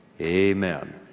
Amen